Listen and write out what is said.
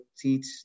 teach